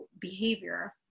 behavior